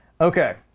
Okay